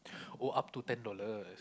oh up to ten dollars